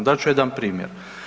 Dat ću jedan primjer.